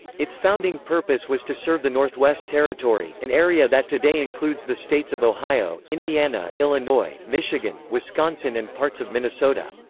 its founding purpose was to serve the northwest territory, an area that today includes the states of ohio, indiana, illinois, michigan, wisconsin and parts of minnesota.